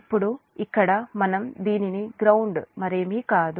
ఇప్పుడు ఇక్కడ మనం దీనిని గ్రౌండ్ మరేమీ కాదు